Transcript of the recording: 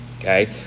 Okay